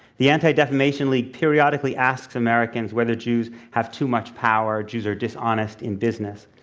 the anti-defamation league periodically asked americans whether jews have too much power, jews are dishonest in business.